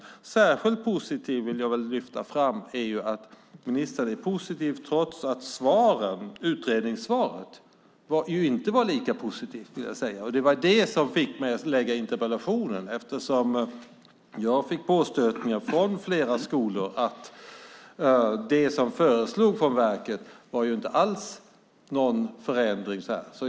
Som särskilt positivt vill jag lyfta fram att ministern är positiv trots att utredningens svar inte var lika positivt. Det var det som fick mig att lägga fram interpellationen. Jag fick påstötningar från flera skolor om att det som föreslogs från verket inte innebar någon förändring.